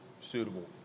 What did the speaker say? suitable